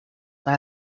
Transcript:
this